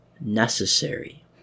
necessary